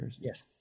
Yes